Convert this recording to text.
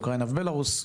אוקראינה ובלארוס,